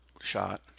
shot